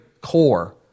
core